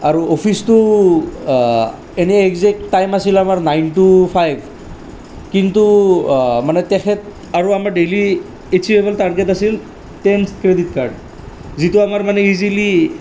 আৰু অফিচটো ইনে এক্সেক টাইম আছিল আমাৰ নাইন টু ফাইভ কিন্তু মানে তেখেত আৰু আমাৰ ডেইলি এচিভেবল টাৰ্গেত আছিল টেন ক্ৰেডিট কাৰ্ড যিটো আমাৰ মানে ইজিলি